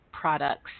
products